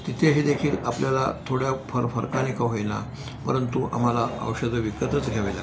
तिथेही देखील आपल्याला थोड्या फार फरकाने का होईना परंतु आम्हाला औषधं विकतच घ्यावी लागतात